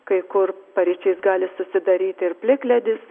kai kur paryčiais gali susidaryti ir plikledis